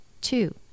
two